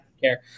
care